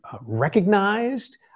recognized